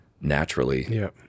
naturally